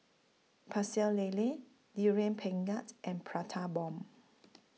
Pecel Lele Durian Pengat and Prata Bomb